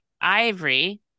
ivory